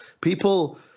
people